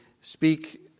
speak